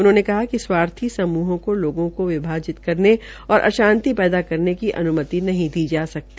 उन्होंने कहा कि स्वार्थी समूहों को लोगों को विभाजित करने और अशांति पैदा करेन की अनुमति नहीं दी जा सकती